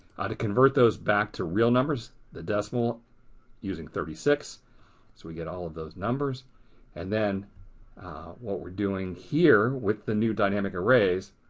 ah to convert those back to real numbers, the decimal using thirty six. so we get all of those numbers and then what we're doing here with the new dynamic arrays.